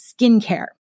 skincare